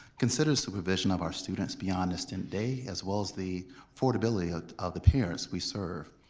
consider supervision of our students beyond the state day as well as the affordability of the parents we serve,